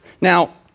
Now